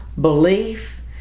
Belief